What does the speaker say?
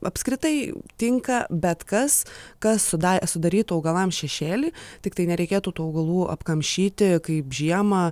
apskritai tinka bet kas kas suda sudarytų augalams šešėlį tiktai nereikėtų tų augalų apkamšyti kaip žiemą